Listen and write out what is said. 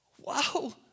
wow